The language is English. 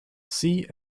see